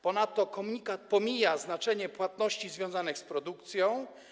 Ponadto komunikat pomija znaczenie płatności związanych z produkcją.